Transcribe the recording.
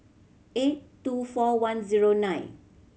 eight two four one zero nine